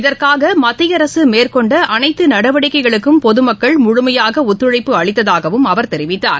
இதற்காகமத்திய அரசுமேற்கொண்ட அனைத்துநடவடிக்கைகளுக்கும் பொதுமக்கள் முழுமையாகஒத்துழைப்பு அளித்ததாகவும் அவர் கூறினார்